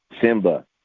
Simba